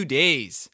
days